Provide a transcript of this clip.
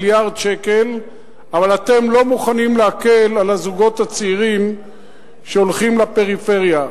אבל אתם לא מוכנים להקל על הזוגות הצעירים שהולכים לפריפריה.